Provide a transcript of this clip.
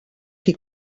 qui